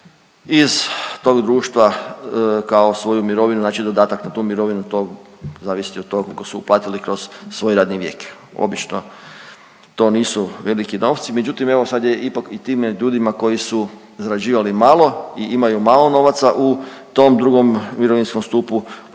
iz tog društva kao svoju mirovinu, znači dodatak na tu mirovinu, to zavisi od tog kolko su uplatili kroz svoj radni vijek, obično to nisu veliki novci. Međutim, evo sad je ipak i tim ljudima koji su zarađivali malo i imaju malo novaca u tom II. mirovinskom stupu bit